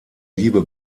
liebe